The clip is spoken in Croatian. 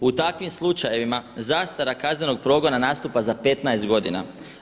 U takvim slučajevima zastara kaznenog progona nastupa za 15 godina.